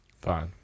fine